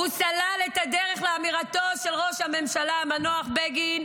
הוא סלל את הדרך לאמירתו של ראש הממשלה המנוח בגין,